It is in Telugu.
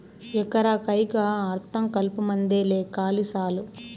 ఎకరా కయ్యికా అర్థం కలుపుమందేలే కాలి సాలు